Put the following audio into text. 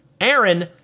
Aaron